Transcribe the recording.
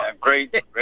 great